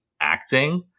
acting